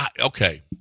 Okay